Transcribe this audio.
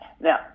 Now